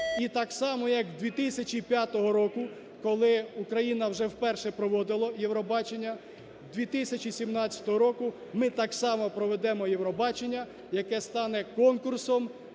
І так само як 2005 року, коли Україна вже вперше проводила Євробачення, 2017 року ми так само проведемо Євробачення, яке стане конкурсом